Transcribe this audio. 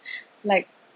like